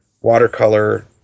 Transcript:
watercolor